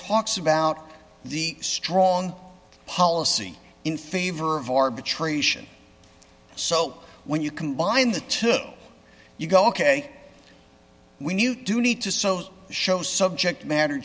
talks about the strong policy in favor of arbitration so when you combine the two you go ok when you do need to so show subject matter